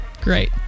great